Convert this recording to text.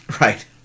Right